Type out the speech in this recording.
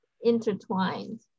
intertwined